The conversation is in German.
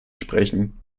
sprechen